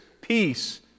peace